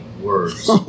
words